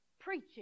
preaching